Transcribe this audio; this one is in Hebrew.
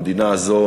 המדינה הזאת,